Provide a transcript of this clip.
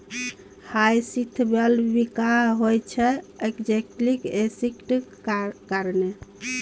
hyacinth bulb बिखाह होइ छै आक्जेलिक एसिडक कारणेँ